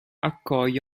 accoglie